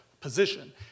position